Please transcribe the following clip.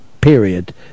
period